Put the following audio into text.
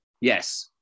yes